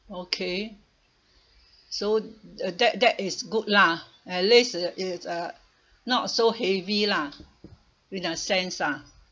okay so uh that that is good lah at least it it's uh not so heavy lah in a sense ah